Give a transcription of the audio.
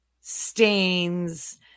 stains